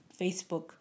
Facebook